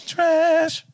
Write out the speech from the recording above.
Trash